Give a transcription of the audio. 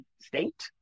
state